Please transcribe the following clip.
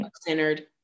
centered